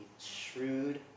shrewd